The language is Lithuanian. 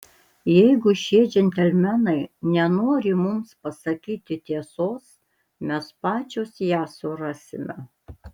jeigu šie džentelmenai nenori mums pasakyti tiesos mes pačios ją surasime